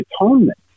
Atonement